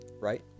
right